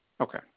Okay